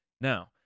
Now